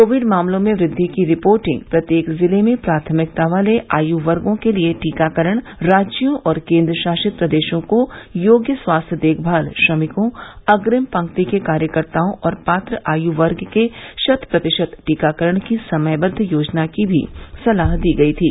Covid मामलों में वृद्धि की रिपोर्टिंग प्रत्येक जिले में प्राथमिकता वाले आयु वर्गो के लिए टीकाकरण राज्यों और केन्द्र शासित प्रदेशों को योग्य स्वास्थ्य देखमाल श्रमिकों अग्रिम पंक्ति के कार्यकर्ताओं और पात्र आयु वर्ग के शत प्रतिशत टीकाकरण की समयबद्व योजना की भी सलाह दी गई थी